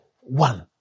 one